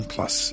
Plus